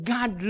God